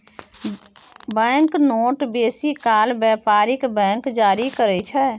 bank note बेसी काल बेपारिक बैंक जारी करय छै